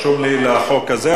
רשום לי לחוק הזה,